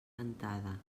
ventada